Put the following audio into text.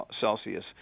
Celsius